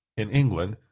in england,